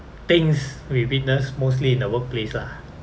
things we witness mostly in the workplace lah